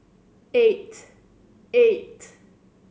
eight eight